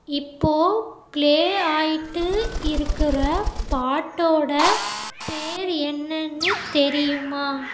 இப்போது பிளே ஆகிட்டு இருக்கிற பாட்டோடய பேர் என்னென்னு தெரியுமா